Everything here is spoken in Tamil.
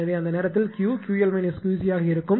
எனவே அந்த நேரத்தில் Q 𝑄𝑙 𝑄𝐶 ஆக இருக்கும்